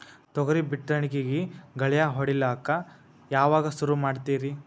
ತೊಗರಿ ಬಿತ್ತಣಿಕಿಗಿ ಗಳ್ಯಾ ಹೋಡಿಲಕ್ಕ ಯಾವಾಗ ಸುರು ಮಾಡತೀರಿ?